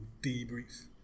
debrief